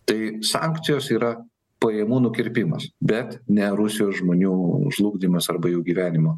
tai sankcijos yra pajamų nukirpimas bet ne rusijos žmonių žlugdymas arba jų gyvenimo